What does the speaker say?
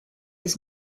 his